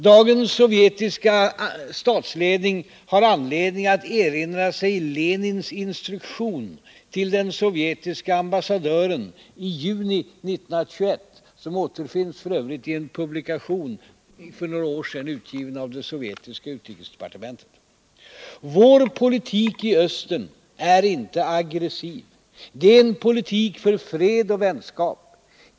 Dagens sovjetiska statsledning har anledning att erinra sig Lenins instruktion till den sovjetiska ambassadören i juni 1921, som f. ö. återfinns i en publikation för några år sedan, utgiven av det sovjetiska utrikesdepartementet: ”Vår politik i Östern är inte aggressiv. Det är en politik för fred och vänskap.